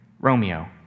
Romeo